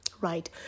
right